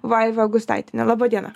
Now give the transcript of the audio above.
vaiva gustaitienė laba diena